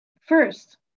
first